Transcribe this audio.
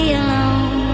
alone